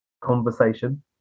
conversation